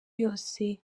yose